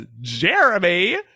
Jeremy